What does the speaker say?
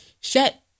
shut